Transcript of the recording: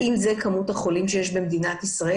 האם זו כמות החולים שיש במדינת ישראל?